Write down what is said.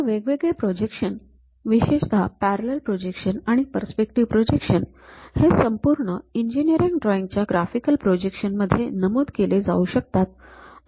तर वेगवेगळे प्रोजेक्शन्स विशेषतः पॅरलल प्रोजेक्शन आणि पर्स्पेक्टिव्ह प्रोजेक्शन हे संपूर्ण इंजिनीरिंग ड्रॉईंग च्या ग्राफिकल प्रोजेक्शन मध्ये नमूद केले जाऊ शकतात